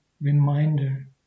reminder